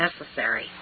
necessary